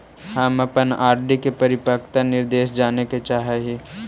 हम अपन आर.डी के परिपक्वता निर्देश जाने के चाह ही